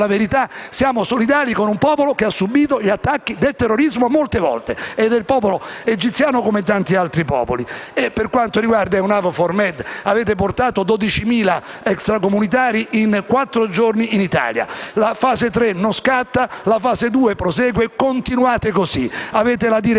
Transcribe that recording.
La fase tre non scatta, la fase due prosegue, continuate così. Avete la direzione